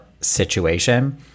situation